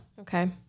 Okay